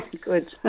good